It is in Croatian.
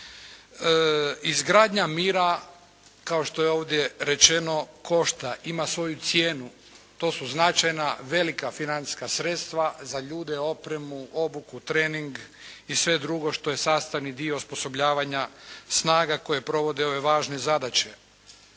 Izgradnja mira kao što je ovdje rečeno košta, ima svoju cijenu. To su značajna, velika financijska sredstva za ljude, opremu, obuku, trening i sve drugo što je sastavni dio osposobljavanja snaga koje provode ove važne zadaće.